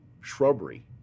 shrubbery